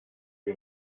que